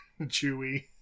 Chewie